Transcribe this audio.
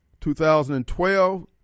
2012